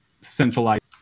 centralized